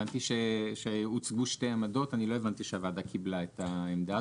הבנתי שהוצעו שתי עמדות ולא הבנתי שהוועדה קיבלה את העמדה הזאת.